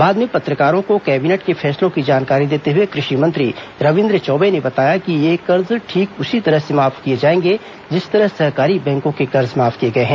बाद में पत्रकारों को कैबिनेट के फैसलों की जानकारी देते हुए कृषि मंत्री रविन्द्र चौबे ने बताया कि ये कर्ज ठीक उसी तरह से माफ किए जाएंगे जिस तरह सहकारी बैंकों के कर्ज माफ किए गए हैं